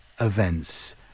events